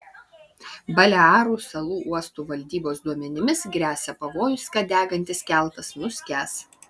balearų salų uostų valdybos duomenimis gresia pavojus kad degantis keltas nuskęs